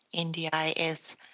NDIS